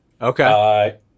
Okay